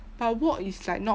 but walk is like not